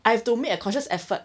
I have to make a conscious effort